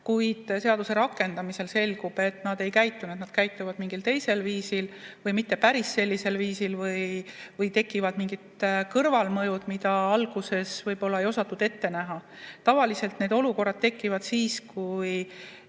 kuid seaduse rakendamisel selgub, et nad ei käitunud nii, et nad käituvad mingil teisel viisil või mitte päris sellisel viisil või tekivad mingid kõrvalmõjud, mida alguses võib-olla ei osatud ette näha. Tavaliselt need olukorrad tekivad siis, kui